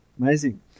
amazing